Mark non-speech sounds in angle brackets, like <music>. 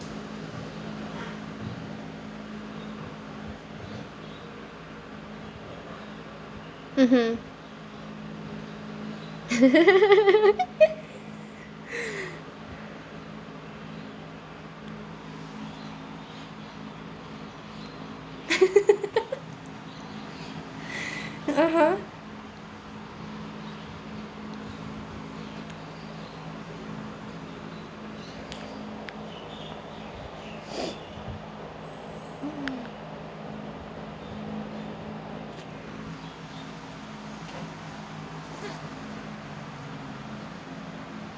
mmhmm <laughs> <laughs> <breath> (uh huh) <noise>